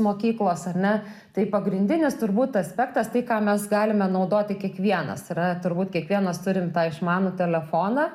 mokyklos ar ne tai pagrindinis turbūt aspektas tai ką mes galime naudoti kiekvienas yra turbūt kiekvienas turim tą išmanų telefoną